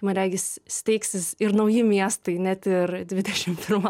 man regis steigsis ir nauji miestai net ir dvidešimt pirmam